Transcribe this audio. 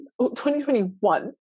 2021